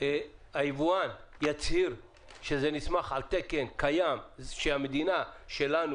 היבואן יצהיר שזה נסמך על תקן קיים שהמדינה שלנו